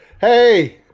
hey